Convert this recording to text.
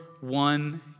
one